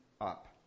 up